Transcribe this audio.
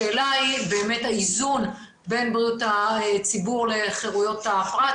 השאלה היא באמת האיזון בין בריאות הציבור לחירויות הפרט,